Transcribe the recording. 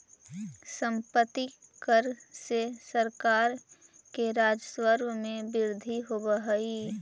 सम्पत्ति कर से सरकार के राजस्व में वृद्धि होवऽ हई